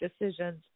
decisions